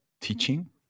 teaching